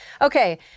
Okay